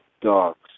dogs